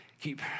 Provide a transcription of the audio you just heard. keep